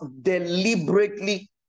deliberately